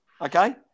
Okay